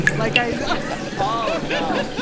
like i oh no.